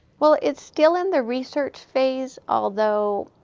well it's still in the research phase. although,